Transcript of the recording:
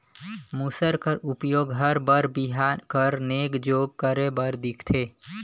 मूसर कर उपियोग हर बर बिहा कर नेग जोग करे बर दिखथे